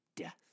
Death